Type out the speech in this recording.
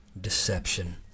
deception